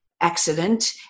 accident